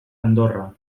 andorra